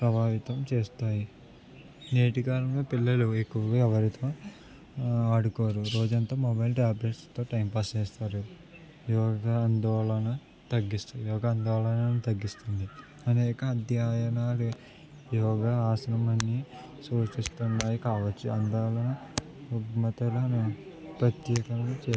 ప్రభావితం చేస్తాయి నేటికాలంలో పిల్లలు ఎక్కువగా ఎవరితో ఆడుకోరు రోజు అంతా మొబైల్ ట్యాబ్లెట్స్తో టైంపాస్ చేస్తారు యోగ ఆందోళనను తగిస్తుంది యోగా అందోళనను తగ్గిస్తుంది అనేక అధ్యయనాలు యోగాసనం అన్ని సూచిస్తున్నాయి కావచ్చు ఆందోళన రుగ్మతలను ప్రత్యేకంగా చే